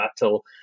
battle